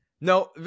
No